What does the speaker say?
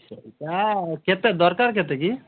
ସେଇଟା କେତେ ଦରକାର କେତେ କି